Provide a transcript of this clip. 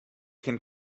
can